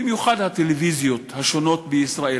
במיוחד ערוצי הטלוויזיה השונים בישראל,